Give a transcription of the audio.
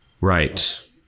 Right